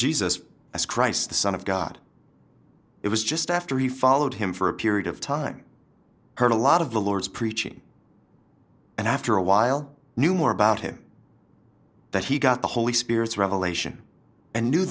jesus christ the son of god it was just after he followed him for a period of time heard a lot of the lord's preaching and after a while knew more about him that he got the holy spirit's revelation and knew